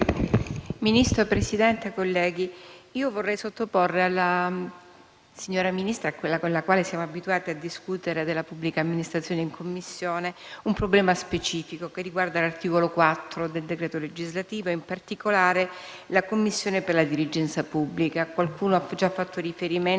Signora Presidente, onorevoli colleghi, io vorrei sottoporre alla signora Ministra, con la quale siamo abituati a discutere della pubblica amministrazione in Commissione, un problema specifico, relativo all'articolo 4 del decreto legislativo, e, in particolare, alla commissione per la dirigenza pubblica. Qualcuno ha già fatto riferimento